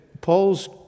Paul's